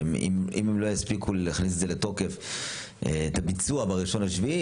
שאם הם לא יספיקו להכניס לתוקף את הביצוע ב-1 ביולי,